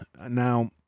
Now